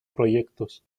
proyectos